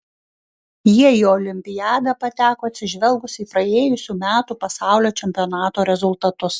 jie į olimpiadą pateko atsižvelgus į praėjusių metų pasaulio čempionato rezultatus